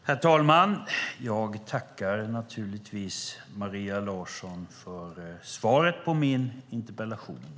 Herr talman! Jag tackar naturligtvis Maria Larsson för svaret på min interpellation.